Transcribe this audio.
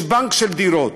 יש בנק של דירות.